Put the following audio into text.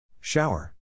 Shower